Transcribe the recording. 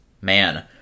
Man